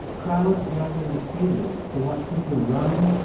crowds gathered in a stadium to watch people run,